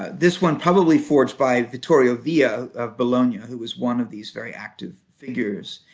this one probably forged by vittorio villa of bologna, ah who was one of these very active figures.